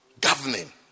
Governing